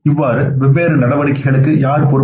இந்த வெவ்வேறு நடவடிக்கைகளுக்கு யார் பொறுப்பு